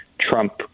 Trump